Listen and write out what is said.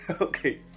Okay